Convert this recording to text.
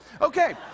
Okay